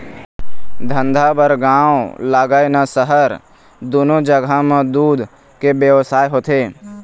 धंधा बर गाँव लागय न सहर, दूनो जघा म दूद के बेवसाय होथे